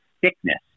thickness